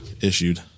Issued